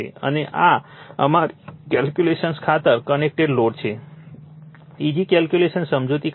અને આ અમારી કૅલ્ક્યુલેશન્સ ખાતર કનેક્ટેડ લોડ છે ઈઝી કૅલ્ક્યુલેશન્સ સમજૂતી ખાતર છે